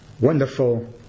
Wonderful